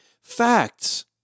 facts